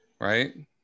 right